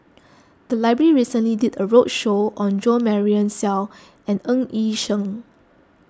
the library recently did a roadshow on Jo Marion Seow and Ng Yi Sheng